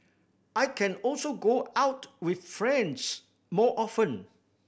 I can also go out with friends more often